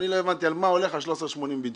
אני לא הבנתי על מה הולך 13.80 בדיוק.